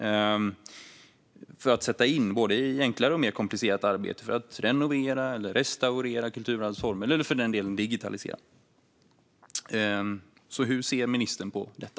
Detta kan sättas in när det gäller både enklare och mer komplicerat arbete för att renovera, restaurera eller för den delen digitalisera kulturarvet. Hur ser ministern på detta?